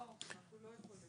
לא, אנחנו לא יכולים.